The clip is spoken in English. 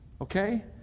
Okay